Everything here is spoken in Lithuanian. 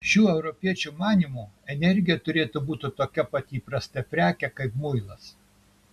šių europiečių manymu energija turėtų būti tokia pat įprasta prekė kaip muilas